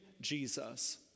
Jesus